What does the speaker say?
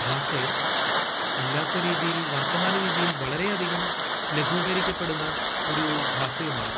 ഭാഷയും അല്ലാത്ത രീതിയിൽ വർത്തമാന രീതിയിൽ വളരെയധികം ലഘൂകരിക്കപ്പെടുന്ന ഒരു ഭാഷയുമാണ്